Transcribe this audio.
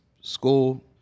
school